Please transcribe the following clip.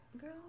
girl